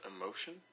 emotion